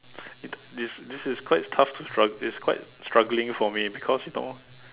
it this this is quite tough strug~ it's quite struggling for me because you know